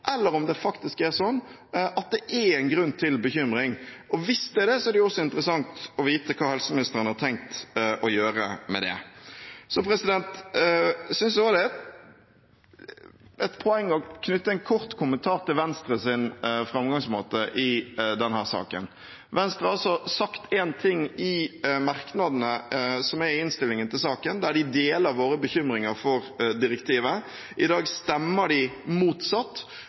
eller om det faktisk er sånn at det er grunn til bekymring. Og hvis det er det, er det også interessant å vite hva helseministeren har tenkt å gjøre med det. Jeg synes også det er et poeng å knytte en kort kommentar til Venstres framgangsmåte i denne saken. Venstre har sagt én ting i merknadene i innstillingen til saken, der de deler våre bekymringer for direktivet. I dag stemmer de motsatt.